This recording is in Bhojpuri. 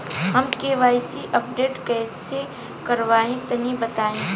हम के.वाइ.सी अपडेशन कइसे करवाई तनि बताई?